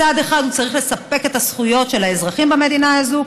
מצד אחד הוא צריך לספק את הזכויות של האזרחים במדינה הזאת,